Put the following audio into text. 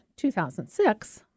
2006